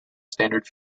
standard